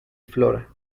flora